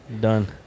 Done